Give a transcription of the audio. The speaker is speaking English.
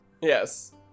yes